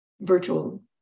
virtual